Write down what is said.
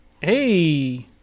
Hey